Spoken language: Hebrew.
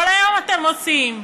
כל היום אתם עושים,